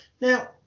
Now